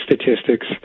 statistics